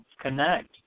connect